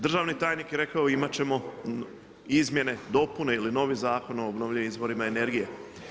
Državni tajnik je rekao imati ćemo izmjene, dopune ili novi zakon o obnovljivim izvorima energijama.